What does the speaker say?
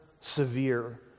severe